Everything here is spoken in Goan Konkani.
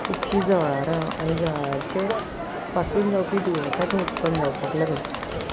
खुबशीं जळारां आनी जळाराचें पासून जावपी दुयेंसां थंय उत्पन्न जावपाक लागल्यांत